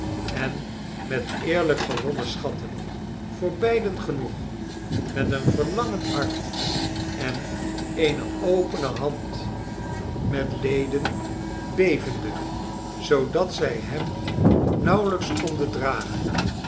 en met eerlijk gewonnen schatten voor beiden genoeg met een verlangend hart en eene opene hand met leden nog op beis bevende zoodat zij hem nauwelijks konden diagen